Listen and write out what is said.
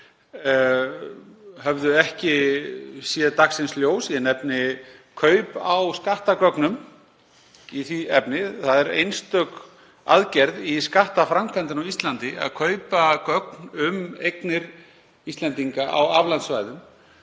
áður höfðu ekki séð dagsins ljós. Ég nefni kaup á skattgögnum í því efni. Það er einstök aðgerð í skattaframkvæmdinni á Íslandi að kaupa gögn um eignir Íslendinga á aflandssvæðum.